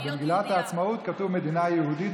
במגילת העצמאות כתוב "מדינה יהודית",